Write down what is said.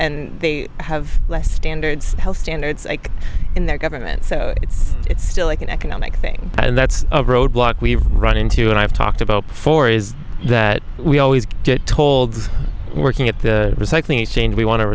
and they have less standards health standards like in their government so it's it's still like an economic thing and that's a roadblock we've run into and i've talked about before is that we always get told working at the